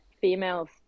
females